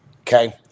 Okay